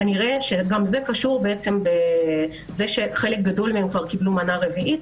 וכנראה גם זה קשור בכך שחלק גדול מהם כבר קיבלו מנה רביעית.